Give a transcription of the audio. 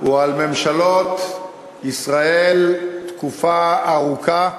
הוא על ממשלות ישראל תקופה ארוכה,